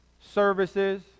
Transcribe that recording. services